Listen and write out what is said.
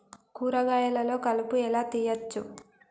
కూరగాయలలో కలుపు ఎలా తీయచ్చు?